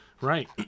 Right